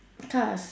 cars